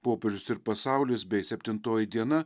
popiežius ir pasaulis bei septintoji diena